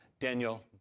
Daniel